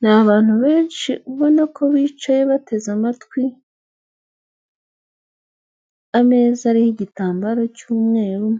Ni abantu benshi ubona ko bicaye bateze amatwi, ameza ariho igitambaro cy'umweru,